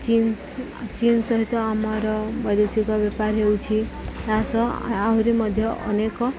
ଚିନ୍ସ ଚିନ୍ ସହିତ ଆମର ବୈଦେଶିକ ବ୍ୟାପାର ହେଉଛି ତା ସହ ଆହୁରି ମଧ୍ୟ ଅନେକ